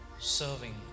serving